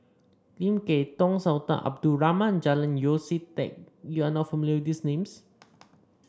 Lim Kay Tong Sultan Abdul Rahman and Julian Yeo See Teck you are not familiar with these names